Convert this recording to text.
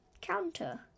counter